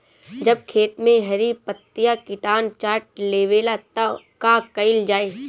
जब खेत मे हरी पतीया किटानु चाट लेवेला तऽ का कईल जाई?